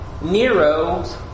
Nero's